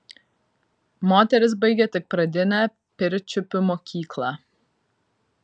moteris baigė tik pradinę pirčiupių mokyklą